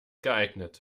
geeignet